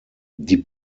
die